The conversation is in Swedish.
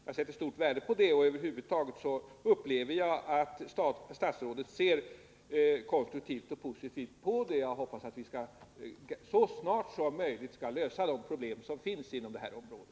Jag sätter stort värde på det, och jag upplever det så, att kommunministern över huvud taget ser konstruktivt och positivt på den frågan. Jag hoppas att vi så snart som möjligt skall kunna lösa de problem som finns inom det här området.